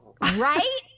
Right